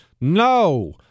No